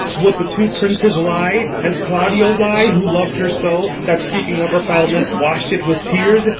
would the two princes lie? and claudio lie, who lov'd her so, that, speaking of her foulness, wash'd it with tears?